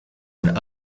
and